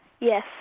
Yes